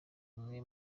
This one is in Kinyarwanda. umwe